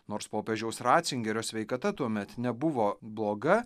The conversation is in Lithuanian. nors popiežiaus racingerio sveikata tuomet nebuvo bloga